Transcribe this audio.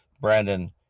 brandon